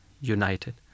united